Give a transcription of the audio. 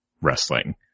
wrestling